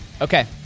Okay